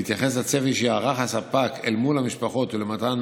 בהתייחס לצפי שערך הספק אל מול המשפחות ולמתן